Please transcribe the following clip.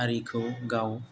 हारिखौ गाव